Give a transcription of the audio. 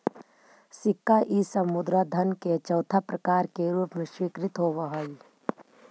सिक्का इ सब मुद्रा धन के चौथा प्रकार के रूप में स्वीकृत होवऽ हई